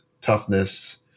toughness